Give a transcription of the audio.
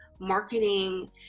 marketing